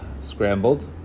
scrambled